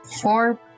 four